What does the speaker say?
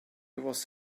was